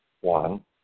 one